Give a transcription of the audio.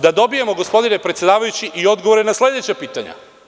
Da dobijemo gospodine predsedavajući i odgovore na sledeća pitanja.